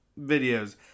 videos